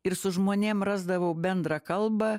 ir su žmonėm rasdavau bendrą kalbą